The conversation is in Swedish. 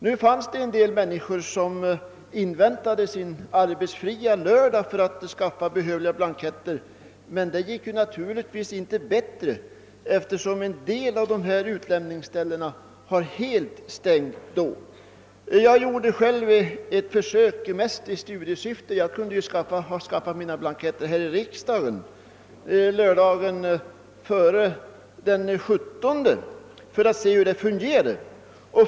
Nu fanns det en del människor som inväntade sin arbetsfria lördag för att skaffa behövliga blanketter — men det gick naturligtvis inte bättre, eftersom en del av dessa utlämningsställen då var helt stängda. Jag gjorde själv ett försök — mest i studiesyfte, ty jag hade skaffat mina blanketter här i riksdagen — sista lördagen före den 17 februari för att se hur det fungerade.